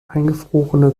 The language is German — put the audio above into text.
eingefrorene